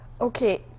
Okay